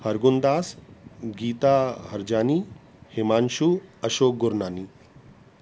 Hargun Das Geeta Harjani Himanshu Ashok Gurnani